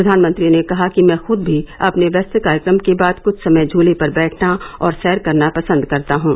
प्रधानमंत्री ने कहा कि मैं खुद भी अपने व्यस्त कार्यक्रम के बाद कुछ समय झूले पर बैठना और सैर करना पसंद करता हूं